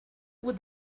with